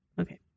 Okay